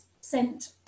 sent